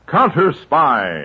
Counter-Spy